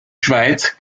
schweiz